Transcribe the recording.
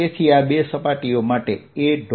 તેથી આ બે સપાટીઓ માટે A